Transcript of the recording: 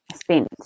spent